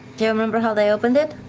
do you remember how they opened it?